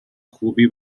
خوبی